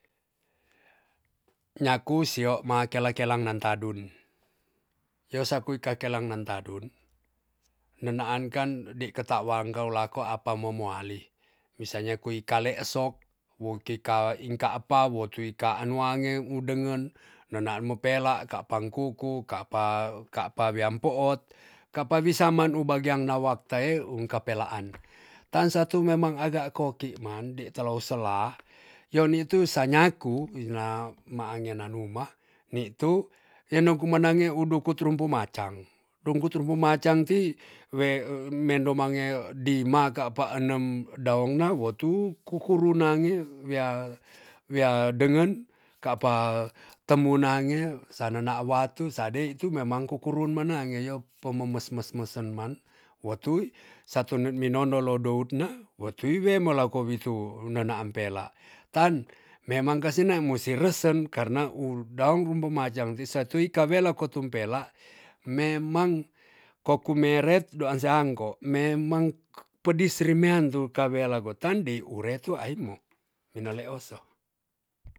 Nyaku sio ma kela kelang nan tadun yo sakui ka kelang nan tadun nenaan kan di ketawang kau lako apa mo moali misalnya kui kalesok wo kika ing kapa wo tui kaan wange u dengen nenaan mepela kapang kuku kapa kapa wiam poot kapa wi saman u bagiang na wakta e ung kapelaan tansa tu memang aga koki mande talao sela yo nitu sa nyaku ila mange nanuma nitu eno kima nange udu ku terumpu macang dungku terumpu macang tii we nendo mange dima kapa enem daong na wo tu kukuru nange wia `dengen kapa temu nange sa nena watu sadei tu memang kukurun manage yo pememes mes meseman wotu satu nen mi nondo lo dout na wotui wema lako witu na naam pela tan memang kasi ne musi resen karna u daong rumbe majang ti satu ika we lako tumpela memang ko kumeret ` doan se angko memang pedis rimean tu kawela gotan di ure tu aimo mina leoso.